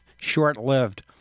short-lived